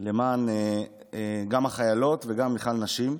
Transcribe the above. גם למען החיילות ובכלל למען נשים.